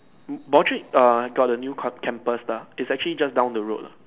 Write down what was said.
Broadrick err got a new co~ campus lah it's actually just down the road lah